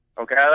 Okay